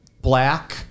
black